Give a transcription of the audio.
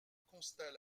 constat